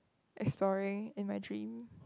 is storing in my dream